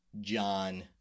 John